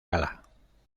gala